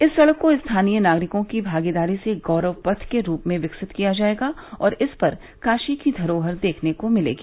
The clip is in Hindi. इस सड़क को स्थानीय नागरिकों की भागीदारी से गौरव पथ के रूप में विकसित किया जाएगा और इस पर काशी की धरोहर देखने को मिलेगी